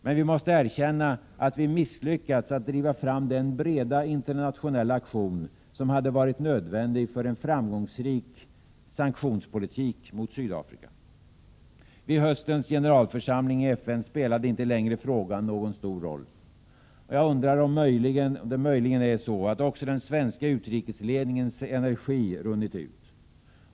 Men vi måste erkänna, att vi misslyckats att driva fram den breda internationella aktion som hade varit nödvändig för en framgångsrik sanktionspolitik mot Sydafrika. Vid höstens generalförsamling i FN spelade inte längre frågan någon stor roll. Jag undrar om det möjligen är så att den svenska utrikesledningens energi runnit ut?